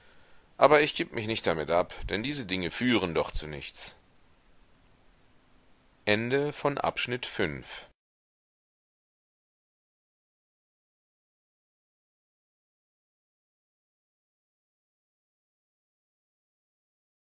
aber ich gib mich damit nicht ab denn diese dinge führen doch zu nichts